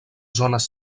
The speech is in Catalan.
zones